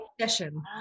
session